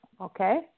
okay